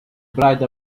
pride